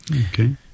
okay